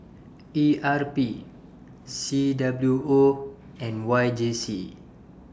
E R P C W O and Y J C